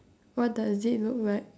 what does it look like